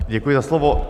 Děkuji za slovo.